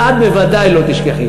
אז את בוודאי לא תשכחי.